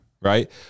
right